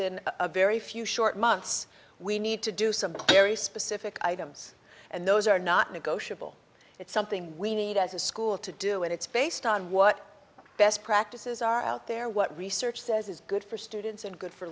in a very few short months we need to do some very specific items and those are not negotiable it's something we need as a school to do and it's based on what best practices are out there what research says is good for students and good for